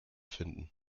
finden